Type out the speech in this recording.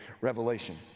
Revelation